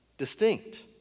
distinct